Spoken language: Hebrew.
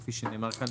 וכפי שנאמר כאן,